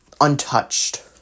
untouched